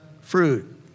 fruit